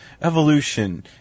Evolution